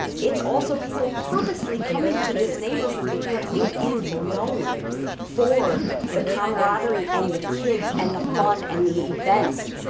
it's also people purposefully coming to this neighborhood because it is known for the comradery and the kids and the fun and the events,